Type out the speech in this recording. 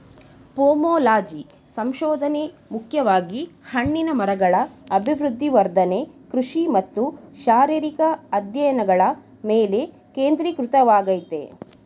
pomology ಸಂಶೋಧನೆ ಮುಖ್ಯವಾಗಿ ಹಣ್ಣಿನ ಮರಗಳ ಅಭಿವೃದ್ಧಿ ವರ್ಧನೆ ಕೃಷಿ ಮತ್ತು ಶಾರೀರಿಕ ಅಧ್ಯಯನಗಳ ಮೇಲೆ ಕೇಂದ್ರೀಕೃತವಾಗಯ್ತೆ